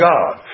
God